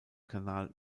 kanal